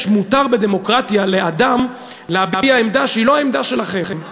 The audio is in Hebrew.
מותר בדמוקרטיה לאדם להביע עמדה שהיא לא עמדה שלכם.